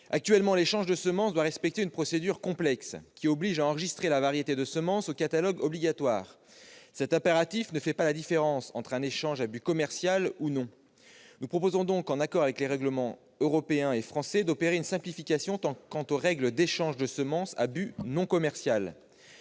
Actuellement, l'échange de semences doit respecter une procédure complexe, qui oblige à enregistrer la variété de semences au catalogue. Cet impératif ne fait pas la différence entre un échange à but commercial et un autre. Nous proposons donc, en accord avec les règlements européens et français, d'opérer une simplification quant aux règles d'échange de semences à but non commercial.